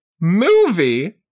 movie